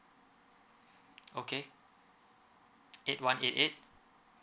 okay eight one eight eight